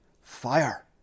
fire